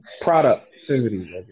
Productivity